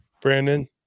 Brandon